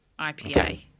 IPA